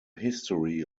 history